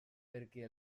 perquè